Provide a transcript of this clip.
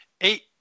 eight